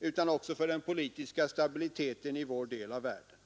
utan också för den politiska stabiliteten i vår del av världen.